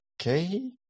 okay